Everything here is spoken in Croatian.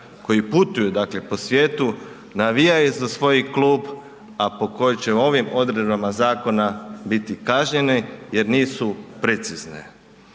koji putuju po svijetu, navijaju za svoj klub, a po kojim će ovim odredbama zakona biti kažnjeni jer nisu precizne.